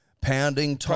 pounding